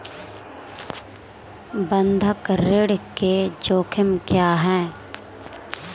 बंधक ऋण के जोखिम क्या हैं?